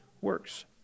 works